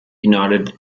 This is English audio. united